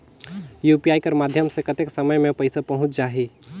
UPI कर माध्यम से कतेक समय मे पइसा पहुंच जाहि?